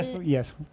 Yes